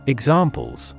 Examples